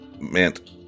meant